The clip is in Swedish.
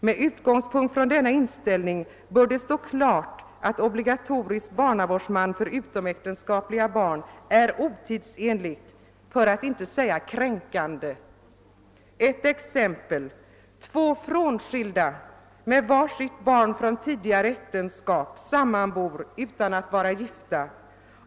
Med utgångspunkt från denna inställning bör det stå klart att obligatorisk barnavårdsman för utomäktenskapliga barn är en otidsenlig företeelse, för att inte säga kränkande. Ett exempel: Två frånskilda, med var sitt barn från tidigare äktenskap, sammanbor utan att vara gifta med varandra.